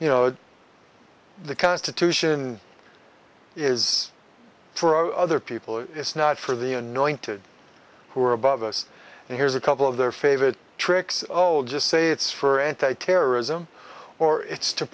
you know the constitution is for other people it's not for the anointed who are above us and here's a couple of their favorite tricks oh i'll just say it's for anti terrorism or it's to